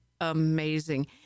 amazing